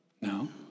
No